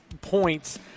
points